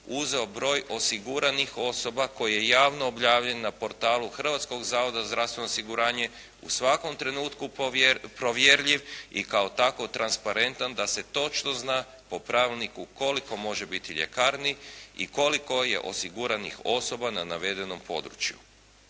uzeo broj osiguranih osoba koje je javno objavljeno na portalu Hrvatskog zavoda za zdravstveno osiguranje, u svakom trenutku provjerljiv i kao tako transparentan da se točno zna po pravilniku koliko može biti ljekarni i koliko je osiguranih osoba na navedenom području.